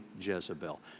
Jezebel